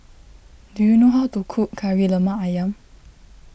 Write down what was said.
do you know how to cook Kari Lemak Ayam